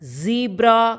zebra